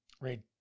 Read